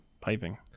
piping